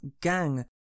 gang